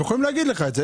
הם יכולים להגיד לך את זה.